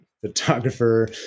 photographer